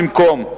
במקום.